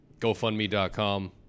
gofundme.com